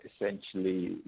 essentially